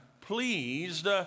pleased